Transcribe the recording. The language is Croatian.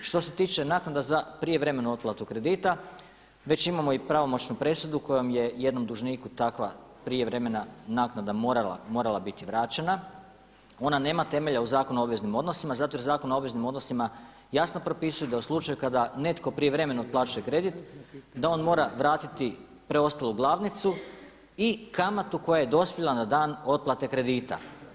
Što se tiče naknada za prijevremenu otplatu kredita već imamo i pravomoćnu presudu kojom je jednom dužniku takva prijevremena naknada morala biti vraćena, ona nema temelja u Zakonu o obveznim odnosima zato jer Zakon o obveznim odnosima jasno propisuje da u slučaju kada netko prijevremeno otplaćuje kredit da on mora vratiti preostalu glavnicu i kamatu koja je dospjela na dan otplate kredita.